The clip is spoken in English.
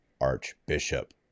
Archbishop